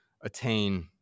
attain